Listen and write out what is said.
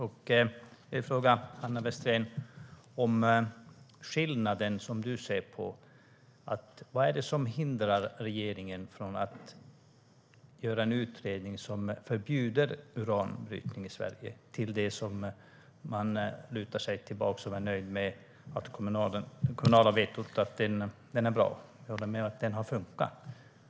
Herr talman! Jag vill fråga Hanna Westéren vad det är som hindrar regeringen från att göra en utredning som förbjuder uranbrytning i Sverige. Man lutar sig tillbaka och är nöjd med det kommunala vetot. Jag håller med om att det kommunala vetot är bra och har funkat.